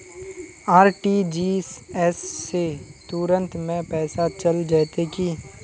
RTGS से तुरंत में पैसा चल जयते की?